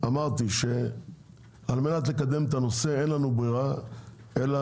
אמרתי שעל מנת לקדם את הנושא אין לנו ברירה אלא